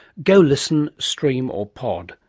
go listen, stream or pod.